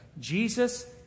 Jesus